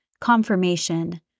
confirmation